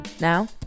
Now